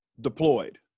deployed